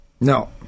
No